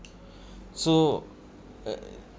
so uh